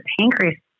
pancreas